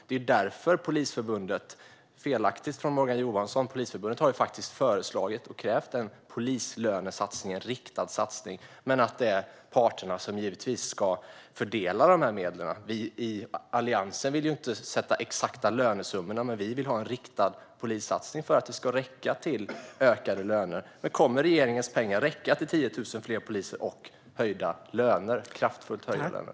Det är ett felaktigt påstående från Morgan Johansson, för Polisförbundet har faktiskt föreslagit och krävt en polislönesatsning, en riktad satsning, men det är givetvis parterna som ska fördela medlen. Vi i Alliansen vill inte sätta de exakta lönesummorna, men vi vill ha en riktad polissatsning för att det ska räcka till ökade löner. Kommer regeringens pengar att räcka till 10 000 fler poliser och kraftfullt höjda löner?